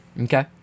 Okay